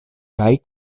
kaj